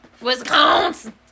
Wisconsin